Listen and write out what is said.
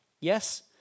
Yes